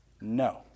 no